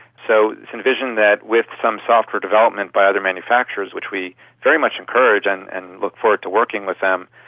so it is envisioned that with some software development by other manufacturers which we very much encourage and and look forward to working with them,